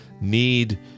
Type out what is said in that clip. need